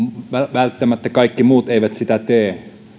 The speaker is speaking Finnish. välttämättä kaikki muut eivät sitä tee